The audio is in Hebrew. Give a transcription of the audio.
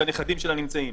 היכן שהנכדים שלה נמצאים.